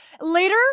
Later